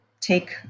take